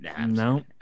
no